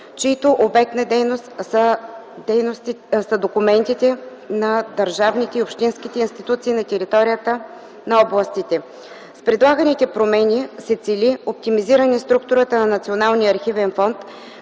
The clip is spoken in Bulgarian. чийто обект на дейност са документите на държавните и общинските институции на територията на областите. С предлаганите промени се цели оптимизиране на структурата на Националния